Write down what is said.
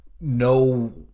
No